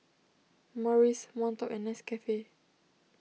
Morries Monto and Nescafe